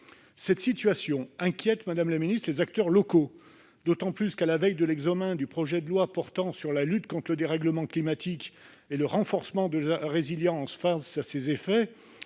Cette situation inquiète les acteurs locaux, d'autant plus à la veille de l'examen du projet de loi portant lutte contre le dérèglement climatique et renforcement de la résilience face à ses effets,